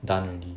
done already